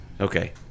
Okay